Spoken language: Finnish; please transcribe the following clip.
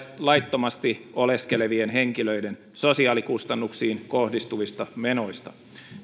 laittomasti oleskelevien henkilöiden sosiaalikustannuksiin kohdistuvista menoista